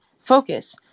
focus